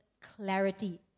clarity